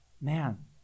man